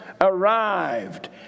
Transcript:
arrived